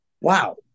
wow